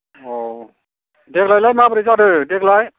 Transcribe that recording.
अ' देग्लायलाय माबोरै जादों